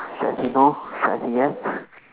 should I say no should I say yes